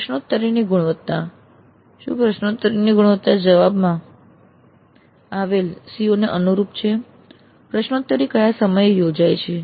પ્રશ્નોત્તરીની ગુણવત્તા શું પ્રશ્નોત્તરી જણાવવામાં આવેલ COs ને અનુરૂપ છે પ્રશ્નોત્તરી કયા સમયે યોજાય છે